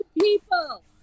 people